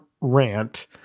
rant